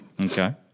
Okay